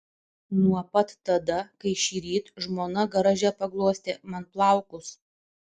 nuo pat tada kai šįryt žmona garaže paglostė man plaukus